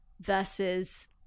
versus